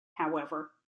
however